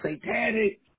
satanic